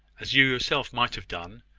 as you yourself might have done,